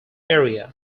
area